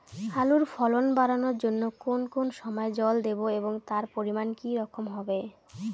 আলুর ফলন বাড়ানোর জন্য কোন কোন সময় জল দেব এবং তার পরিমান কি রকম হবে?